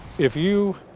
if you